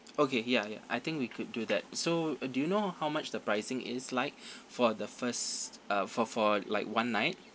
okay ya ya I think we could do that so uh do you know how much the pricing is like for the first uh for for like one night